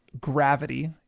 gravity